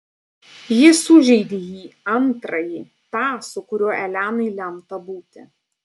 jis sužeidė jį antrąjį tą su kuriuo elenai lemta būti